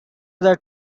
that